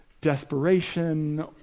desperation